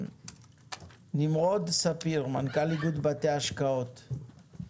נמרוד ספיר, מנכ"ל איגוד בתי השקעות,